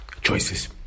Choices